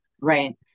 Right